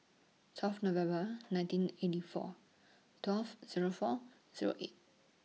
twelve November nineteen eighty four twelve Zero four Zero eight